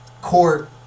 court